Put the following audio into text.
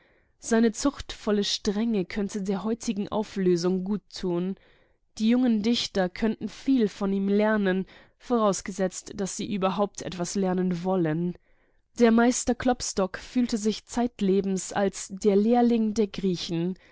seine zuchtvolle strenge könnte der heutigen auflösung gut tun die jungen dichter könnten von ihm lernen vorausgesetzt daß sie überhaupt etwas lernen wollen der meister klopstock fühlte sich zeitlebens als der lehrling der griechen